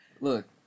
Look